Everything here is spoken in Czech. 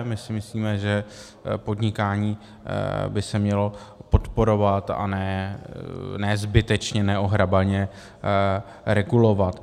My si myslíme, že podnikání by se mělo podporovat, a ne zbytečně neohrabaně regulovat.